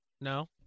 No